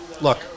look